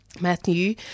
Matthew